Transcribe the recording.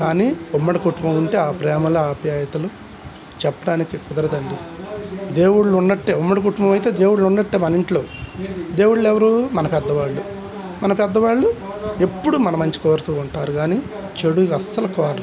కానీ ఉమ్మడి కుటుంబం ఉంటే ఆ ప్రేమలు ఆ ఆప్యాయతలు చెప్పడానికి కుదరదండి దేవుళ్ళు ఉన్నట్టే ఉమ్మడి కుటుంబం అయితే దేవుళ్ళు ఉన్నట్టే మన ఇంట్లో దేవుళ్ళ ఎవరూ మన పెద్దవాళ్ళు మన పెద్దవాళ్ళు ఎప్పుడూ మన మంచి కోరుతూ ఉంటారు కానీ చెడు అస్సలు కోరరు